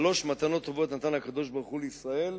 שלוש מתנות טובות נתן הקב"ה לישראל,